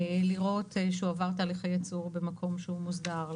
לראות שהוא עבר תהליכי ייצור במקום מוסדר,